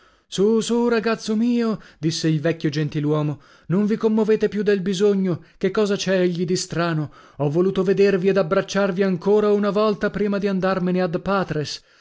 su su ragazzo mio disse il vecchio gentiluomo non vi commovete più del bisogno che cosa c'è egli di strano ho voluto vedervi ed abbracciarvi ancora una volta prima di andarmene ad patres